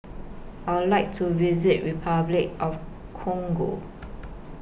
I Would like to visit Repuclic of Congo